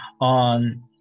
on